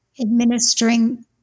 administering